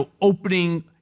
opening